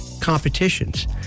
competitions